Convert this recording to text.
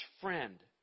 friend